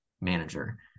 manager